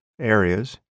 areas